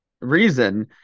reason